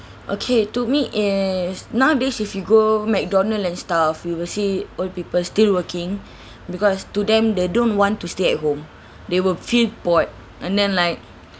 okay to me is nowadays if you go mcdonald and stuff you will see old people still working because to them they don't want to stay at home they will feel bored and then like